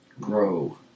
grow